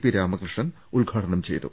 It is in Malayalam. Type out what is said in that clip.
പി രാമകൃ ഷ്ണൻ ഉദ്ഘാടനം ചെയ്തു